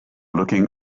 looking